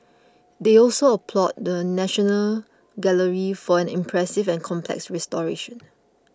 they also applauded the National Gallery for an impressive and complex restoration